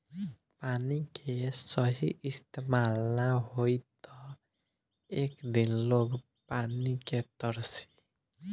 पानी के सही इस्तमाल ना होई त एक दिन लोग पानी के तरसी